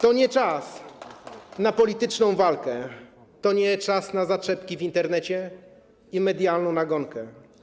To nie czas na polityczną walkę, to nie jest czas na zaczepki w Internecie i medialna nagonkę.